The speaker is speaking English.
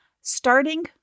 starting